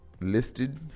listed